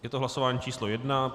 Je to hlasování číslo 1.